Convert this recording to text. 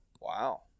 Wow